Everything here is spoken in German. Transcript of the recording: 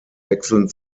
wechseln